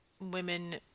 women